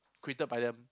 created by them